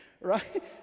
Right